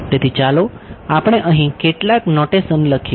તેથી ચાલો આપણે અહીં કેટલાક નોટેશન લખીએ